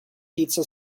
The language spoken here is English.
pizza